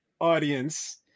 audience